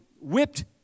whipped